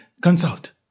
consult